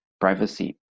privacy